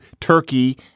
Turkey